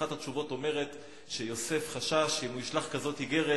אחת התשובות אומרת שיוסף חשש שאם הוא ישלח כזאת איגרת,